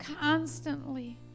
constantly